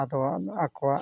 ᱟᱫᱚ ᱟᱠᱚᱣᱟᱜ